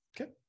Okay